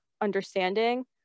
understanding